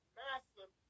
massive